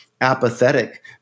apathetic